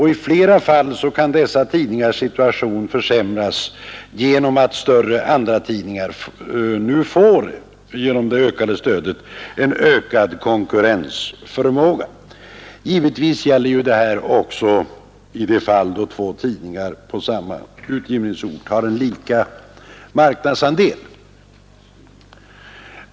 I flera fall kan dessa tidningars situation försämras genom att större andratidningar i och med det ökade produktionsbidraget nu får en ökad konkurrensförmåga. Givetvis gäller detta också i de fall då två tidningar på samma utgivningsort har en lika marknadsandel.